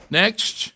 next